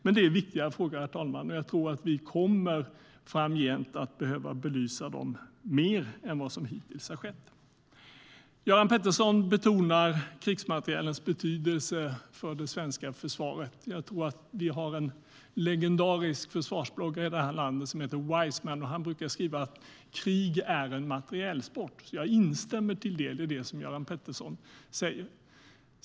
Men det är viktiga frågor, herr talman. Jag tror att vi framgent kommer att behöva belysa dem mer än vad som hittills har skett. Göran Pettersson betonar krigsmaterielens betydelse för det svenska försvaret. Vi har en legendarisk försvarsbloggare i det här landet som heter Wiseman. Han brukar skriva: Krig är en materielsport. Jag instämmer till del i det som Göran Pettersson säger.